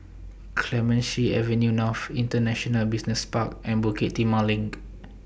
Clemenceau Avenue North International Business Park and Bukit Timah LINK